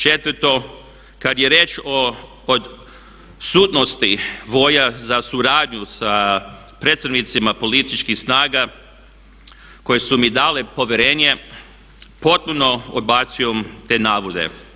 Četvrto, kad je riječ o odsutnosti volje za suradnju sa predstavnicima političkih snaga koje su mi dale povjerenje potpuno odbacujem te navode.